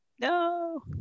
No